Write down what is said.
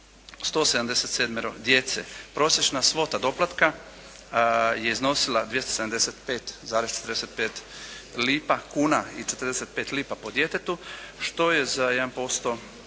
177 djece. Prosječna svota doplatka je iznosila 275 kuna i 45 lipa po djetetu što je za 1,5%